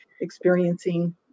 experiencing